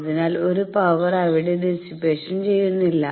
അതിനാൽ ഒരു പവർ അവിടെ ഡിസിപ്പേഷൻ ചെയ്യുന്നില്ല